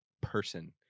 person